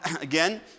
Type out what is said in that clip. again